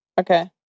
okay